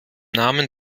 namen